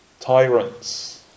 Tyrants